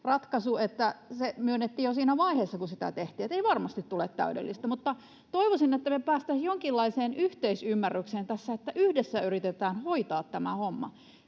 ratkaisu, että se myönnettiin jo siinä vaiheessa, kun sitä tehtiin, että ei varmasti tule täydellistä. Mutta toivoisin, että me päästäisiin jonkinlaiseen yhteisymmärrykseen tässä, että yhdessä yritetään hoitaa tämä homma.